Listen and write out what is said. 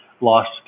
lost